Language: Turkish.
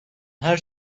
her